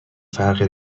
فرق